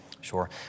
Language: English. Sure